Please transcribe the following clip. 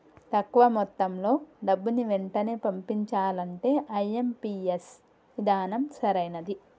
తక్కువ మొత్తంలో డబ్బుని వెంటనే పంపించాలంటే ఐ.ఎం.పీ.ఎస్ విధానం సరైనది